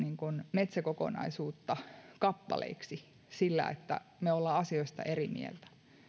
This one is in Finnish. metsäkokonaisuutta kappaleiksi sillä että me olemme asioista eri mieltä